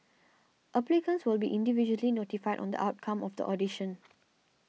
applicants will be individually notified on the outcome of the audition